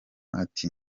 ati